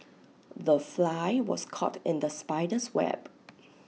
the fly was caught in the spider's web